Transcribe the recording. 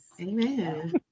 Amen